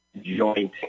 joint